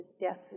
death